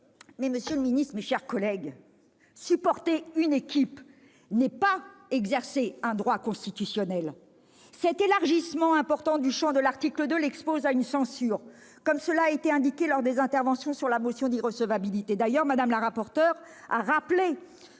Mais, monsieur le ministre, mes chers collègues, supporter une équipe, ce n'est pas exercer un droit constitutionnel ! Cet élargissement important du champ de l'article 2 expose celui-ci à une censure, comme il a été souligné lors des interventions sur la motion d'irrecevabilité. D'ailleurs, Mme la rapporteure a rappelé